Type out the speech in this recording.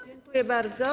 Dziękuję bardzo.